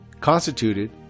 constituted